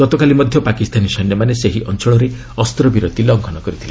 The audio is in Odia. ଗତକାଲି ମଧ୍ୟ ପାକିସ୍ତାନୀ ସୈନ୍ୟମାନେ ସେହି ଅଞ୍ଚଳରେ ଅସ୍ତ୍ରବିରତି ଲଂଘନ କରିଥିଲେ